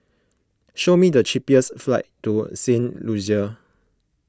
show me the cheapest flights to Saint Lucia